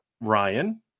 Ryan